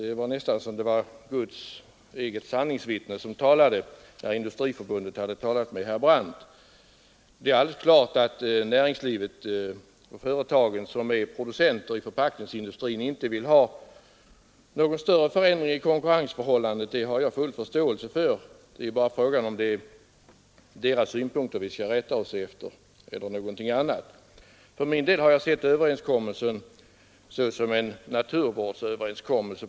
Det var nästan som om Guds eget sanningsvittne hade talat till herr Brandt genom Industriförbundet. Näringslivet och de företag som är producenter inom förpackningsindustrin vill naturligtvis inte ha någon större förändring i konkurrensförhållandena. Det har jag full förståelse för. Frågan är bara vems synpunkter vi skall rätta oss efter. För min del har jag sett överenskommelsen på denna punkt som en naturvårdsöverenskommelse.